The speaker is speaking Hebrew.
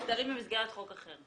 הם מוסדרים במסגרת חוק אחר.